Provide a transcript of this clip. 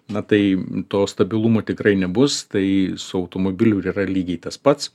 na tai to stabilumo tikrai nebus tai su automobiliu ir yra lygiai tas pats